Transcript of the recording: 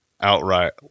outright